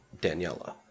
Daniela